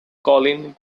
colin